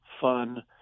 fun